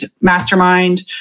mastermind